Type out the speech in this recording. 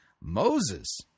Moses